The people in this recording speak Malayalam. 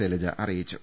ശൈലജ അറിയിച്ചു